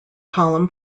column